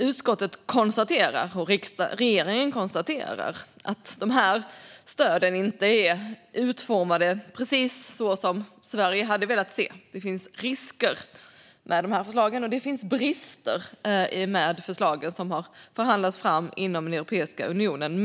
Utskottet och regeringen konstaterar att de här stöden inte är utformade precis så som Sverige hade velat se. Det finns risker och brister med de förslag som har förhandlats fram inom Europeiska unionen.